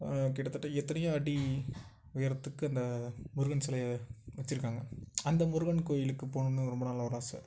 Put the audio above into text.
கிட்டத்தட்ட எத்தனையோ அடி உயரத்துக்கு அந்த முருகன் சிலைய வச்சிருக்காங்க அந்த முருகன் கோயிலுக்கு போகணுன்னு ரொம்ப நாளாக ஒரு ஆசை